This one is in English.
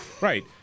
Right